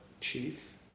Chief